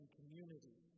community